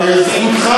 אין בעיה,